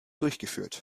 durchgeführt